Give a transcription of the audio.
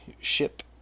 ship